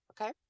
Okay